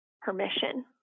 permission